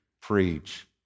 preach